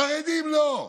חרדים לא.